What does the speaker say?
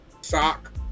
sock